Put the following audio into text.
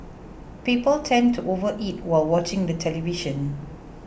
people tend to overeat while watching the television